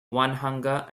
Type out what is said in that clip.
onehunga